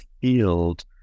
field